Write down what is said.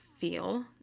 feel